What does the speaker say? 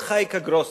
זאת חייקה גרוסמן,